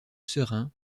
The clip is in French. serein